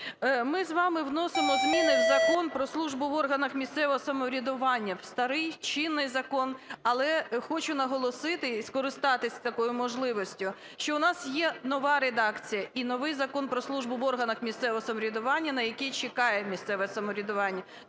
Ми з вами вносимо зміни в Закон "Про службу в органах місцевого самоврядування", в старий чинний закон. Але хочу наголосити і скористатись такою можливістю, що у нас є нова редакція і новий Закон "Про службу в органах місцевого самоврядування", на який чекає місцеве самоврядування.